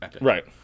right